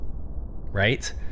right